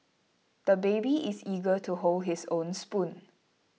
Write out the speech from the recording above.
the baby is eager to hold his own spoon